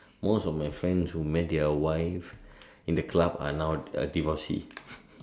most of my friends who met their wife in the club are now divorcee